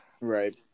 Right